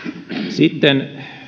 sitten